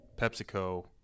PepsiCo